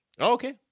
Okay